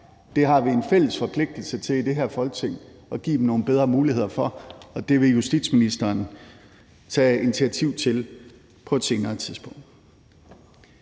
Det har vi en fælles forpligtelse til i det her Folketing at give nogle bedre muligheder for, og det vil justitsministeren tage initiativ til på et senere tidspunkt.